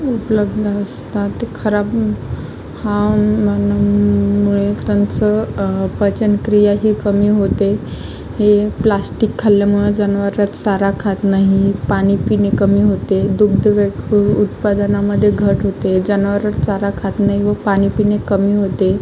उपलब्ध असतात खराब हवामानामुळे त्यांचं पचनक्रिया ही कमी होते हे प्लास्टिक खाल्ल्यामुळे जनावरं चारा खात नाही पाणी पिणे कमी होते दुग्ध व्य उत्पादनामध्ये घट होते जनावरं चारा खात नाही व पाणी पिणे कमी होते